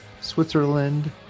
Switzerland